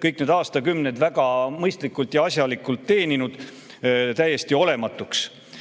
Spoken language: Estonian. kõik need aastakümned väga mõistlikult ja asjalikult teeninud, täiesti olematuks